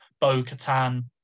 Bo-Katan